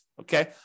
okay